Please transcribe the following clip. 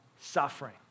suffering